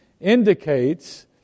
indicates